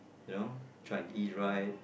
you know try and eat right